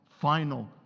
final